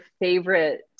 favorite